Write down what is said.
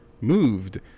moved